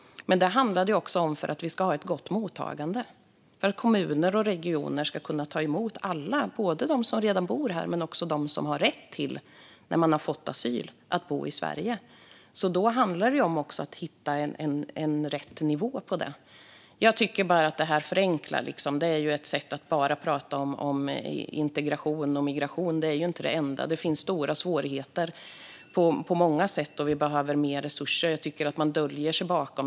Det handlar också om att ha ett gott mottagande på rätt nivå. Kommuner och regioner ska ta emot alla, både dem som redan bor här och dem som efter att ha fått asyl har rätt att bo i Sverige. Det här handlar om att förenkla, ett sätt att bara prata om integration och migration. Det är inte det enda. Svårigheter kan finnas på många sätt, och mer resurser behövs.